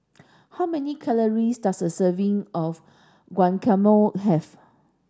how many calories does a serving of Guacamole have